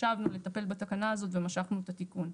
שחשבנו לטפל בתקנה הזאת ומשכנו את התיקון.